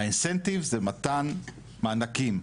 ה-incentive זה מתן מענקים,